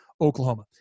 Oklahoma